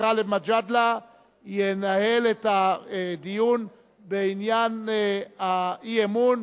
גאלב מג'אדלה ינהל את הדיון בעניין האי-אמון.